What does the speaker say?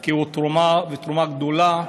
כי הוא תרומה, ותרומה גדולה,